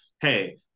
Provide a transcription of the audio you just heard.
hey